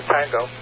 Tango